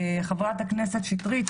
חברת הכנסת שטרית,